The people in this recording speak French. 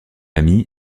ami